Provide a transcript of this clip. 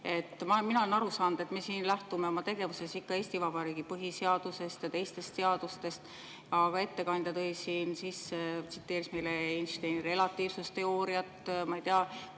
Mina olen aru saanud, et me lähtume siin oma tegevuses ikka Eesti Vabariigi põhiseadusest ja teistest seadustest, aga ettekandja tsiteeris meile Einsteini relatiivsusteooriat. Ma ei tea